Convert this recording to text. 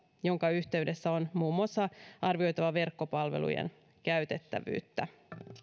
jonka yhteydessä on muun muassa arvioitava verkkopalvelujen käytettävyyttä